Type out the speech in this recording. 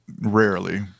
rarely